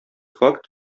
факт